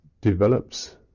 develops